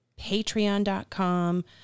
Patreon.com